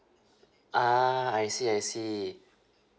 ah I see I see